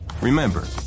Remember